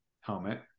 helmet